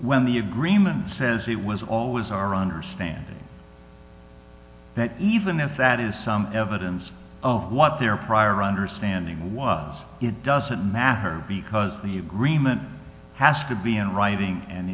when the agreement says it was always our understanding that even if that is some evidence of what their prior understanding was it doesn't matter because the agreement has to be in writing and